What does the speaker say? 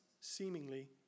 seemingly